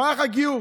מערך הגיור: